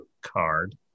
card